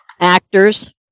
actors